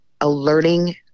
alerting